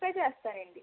PhonePe చేస్తానండి